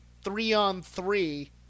three-on-three